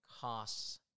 costs